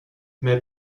mais